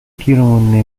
گیرمون